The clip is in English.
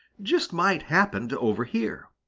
just might happen to overhear!